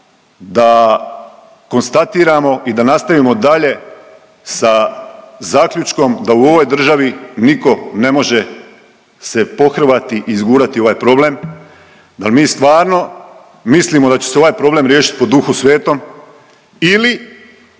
da konstatiramo i da nastavimo dalje sa zaključkom da u ovoj državi nitko ne može se pohrvati i izgurati ovaj problem. Dal mi stvarno mislimo da će se ovaj problem riješit po duhu svetom ili